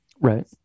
right